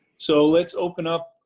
so let's open up.